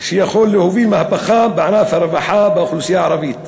שיכול להוביל מהפכה בענף הרווחה באוכלוסייה הערבית,